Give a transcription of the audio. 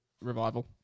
revival